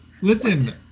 Listen